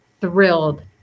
thrilled